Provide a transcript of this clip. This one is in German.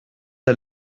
der